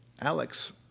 Alex